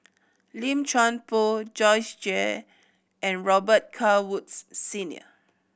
Lim Chuan Poh Joyce Jue and Robet Carr Woods Senior